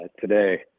today